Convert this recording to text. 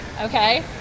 Okay